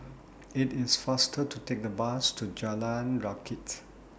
IT IS faster to Take The Bus to Jalan Rakit